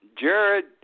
Jared